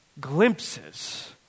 glimpses